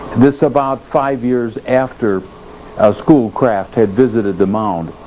this about five years after schoolcraft had visited the mound,